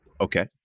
okay